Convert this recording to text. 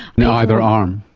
yeah either arm?